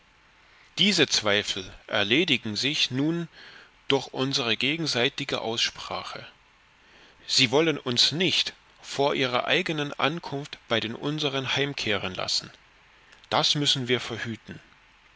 diese zweifel erledigen sich nun durch unsere gegenseitige aussprache sie wollen uns nicht vor ihrer eigenen ankunft bei den unseren heimkehren lassen das müssen wir verhüten